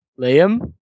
Liam